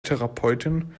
therapeutin